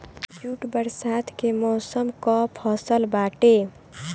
jute बरसात के मौसम कअ फसल बाटे